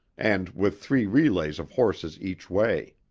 and with three relays of horses each way.